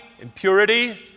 impurity